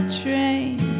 train